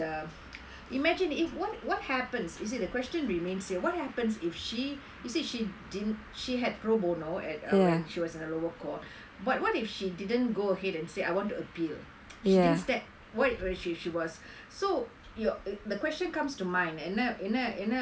imagine if what what happens is it the question remains here what happens if she said she didn't she had pro bono at her when she was at lower court but what if she didn't go ahead and say I want to appeal she didn't step right when she she was so your question comes to mind என்ன என்ன என்ன:enna enna enna